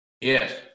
yes